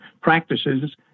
practices